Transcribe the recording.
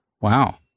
Wow